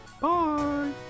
Bye